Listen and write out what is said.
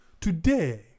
Today